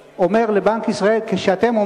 אותם.